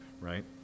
right